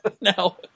Now